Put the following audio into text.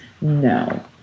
No